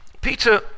Peter